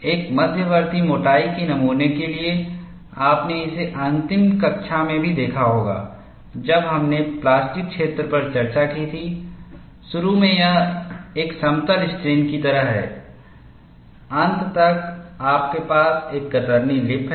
एक मध्यवर्ती मोटाई के नमूने के लिए आपने इसे अंतिम कक्षा में भी देखा होगा जब हमने प्लास्टिक क्षेत्र पर चर्चा की थी शुरू में यह एक समतल स्ट्रेन की तरह है अंत तक आपके पास एक कतरनी लिप है